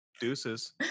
Deuces